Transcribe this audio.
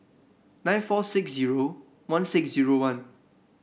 nine four six zero one six zero one